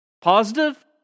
Positive